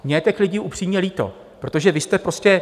Mně je těch lidí upřímně líto, protože vy jste prostě...